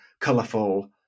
colourful